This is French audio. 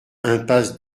impasse